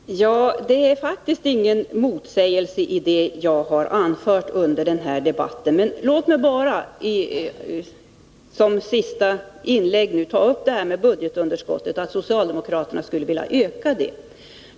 Herr talman! Det är faktiskt ingen motsägelse i det jag har anfört under den här debatten. Men låt mig bara som sista inlägg ta upp frågan om att socialdemokraterna skulle vilja öka budgetunderskottet.